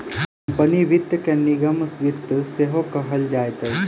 company वित्त के निगम वित्त सेहो कहल जाइत अछि